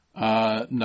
No